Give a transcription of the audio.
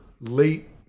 late